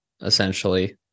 essentially